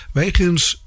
wegens